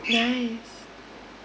nice